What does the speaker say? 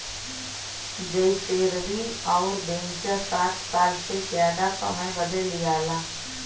जइसेरवि अउर वेन्चर सात साल से जादा समय बदे लिआला